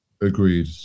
Agreed